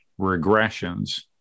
regressions